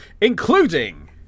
Including